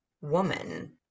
woman